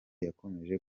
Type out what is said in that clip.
yakomeje